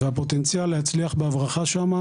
והפוטנציאל להצליח בהברחה שם,